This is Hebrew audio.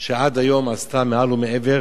שעד היום עשתה מעל ומעבר